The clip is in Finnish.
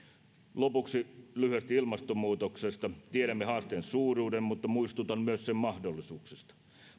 lopuksi lyhyesti ilmastonmuutoksesta tiedämme haasteen suuruuden mutta muistutan myös sen mahdollisuuksista